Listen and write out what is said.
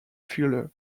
fuller